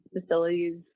facilities